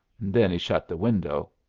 then he shut the window.